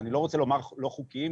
אני לא רוצה לומר לא חוקיים,